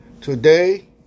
today